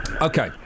Okay